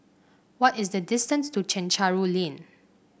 what is the distance to Chencharu Lane